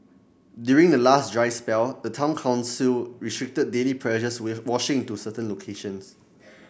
during the last dry spell the town council restricted daily pressures with washing to certain locations